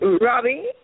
Robbie